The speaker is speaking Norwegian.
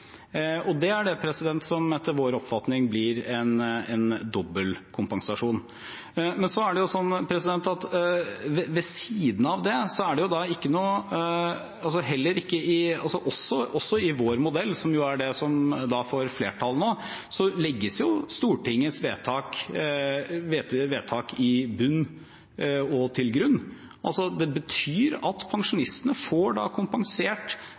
Det er det som etter vår oppfatning blir en dobbel kompensasjon. Men så er det sånn at ved siden av det legges også i vår modell, som jo er det som får flertall nå, Stortingets vedtak i bunnen og til grunn. Det betyr at pensjonistene får kompensert i 2020 som om det var et annet reguleringsregime da.